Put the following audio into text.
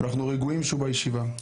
אנחנו רגועים שהוא בישיבה,